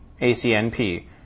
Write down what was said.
ACNP